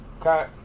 Okay